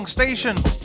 Station